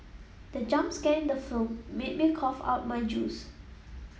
the jump scare in the film made me cough out my juice